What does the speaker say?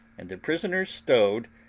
and the prisoners stowed,